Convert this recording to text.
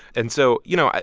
and so, you know,